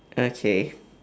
okay